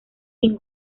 sin